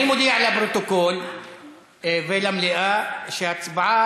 אני מודיע לפרוטוקול ולמליאה שההצבעה,